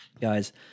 Guys